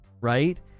right